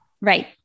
right